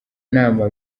nama